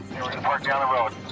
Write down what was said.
we're going to park down the road.